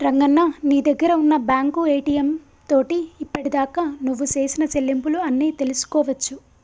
రంగన్న నీ దగ్గర ఉన్న బ్యాంకు ఏటీఎం తోటి ఇప్పటిదాకా నువ్వు సేసిన సెల్లింపులు అన్ని తెలుసుకోవచ్చు